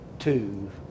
two